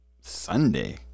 Sunday